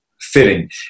fitting